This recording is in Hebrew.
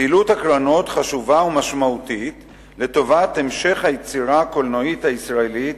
פעילות הקרנות חשובה ומשמעותית לטובת המשך היצירה הקולנועית הישראלית,